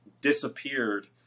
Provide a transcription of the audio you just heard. Disappeared